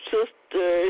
Sister